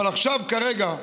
אבל עכשיו, כרגע,